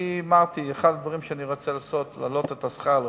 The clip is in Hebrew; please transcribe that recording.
אני אמרתי: אחד הדברים שאני רוצה לעשות זה להעלות את שכר הרופאים.